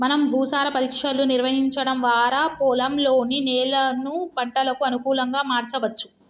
మనం భూసార పరీక్షలు నిర్వహించడం వారా పొలంలోని నేలను పంటలకు అనుకులంగా మార్చవచ్చు